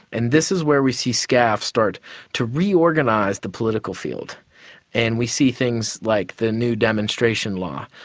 and this is where we see scaf start to reorganise the political field and we see things like the new demonstration law,